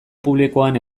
publikoan